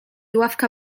ławka